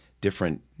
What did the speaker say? different